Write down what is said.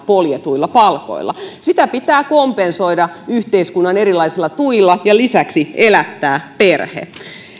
poljetuilla palkoilla sitä pitää kompensoida yhteiskunnan erilaisilla tuilla ja lisäksi elättää perhe